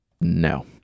no